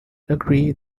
agree